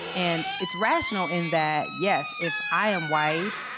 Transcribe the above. and it's rational in that, yes, if i am white,